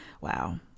Wow